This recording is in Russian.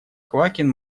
квакин